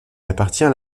appartient